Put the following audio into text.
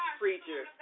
preacher